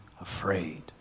afraid